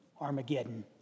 Armageddon